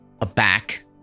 aback